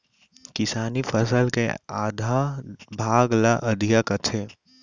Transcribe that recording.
किसानी फसल के आधा भाग ल अधिया कथें